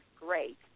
Great